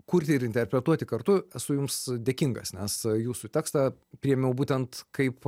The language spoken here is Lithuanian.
kurti ir interpretuoti kartu esu jums dėkingas nes jūsų tekstą priėmiau būtent kaip